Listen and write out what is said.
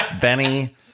Benny